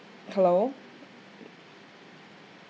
hello